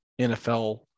NFL